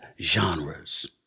genres